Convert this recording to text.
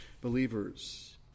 believers